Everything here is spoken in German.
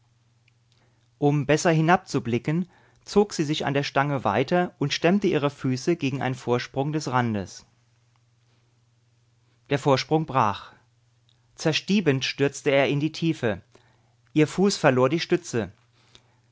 um besser hinabzublicken zog sie sich an der stange weiter und stemmte ihre füße gegen einen vorsprung des randes der vorsprung brach zerstiebend stürzte er in die tiefe ihr fuß verlor die stütze